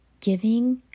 giving